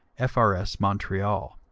f r s, montreal.